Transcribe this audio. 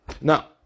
Now